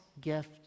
gift